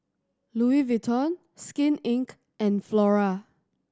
Louis Vuitton Skin Inc and Flora